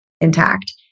intact